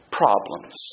problems